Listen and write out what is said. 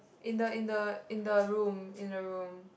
in the in the in the room in the room